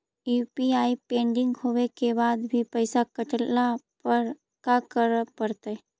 UPI pending होवे के बाद भी पैसा कटला पर का करे पड़तई?